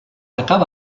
acaba